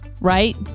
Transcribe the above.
right